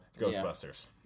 Ghostbusters